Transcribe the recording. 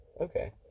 Okay